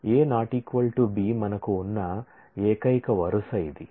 A ≠ B మనకు ఉన్న ఏకైక వరుస ఇది